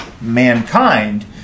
mankind